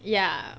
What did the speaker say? ya